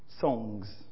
songs